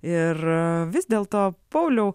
ir vis dėlto pauliau